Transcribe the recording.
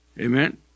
Amen